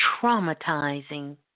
traumatizing